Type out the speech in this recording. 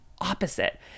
opposite